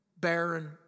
barren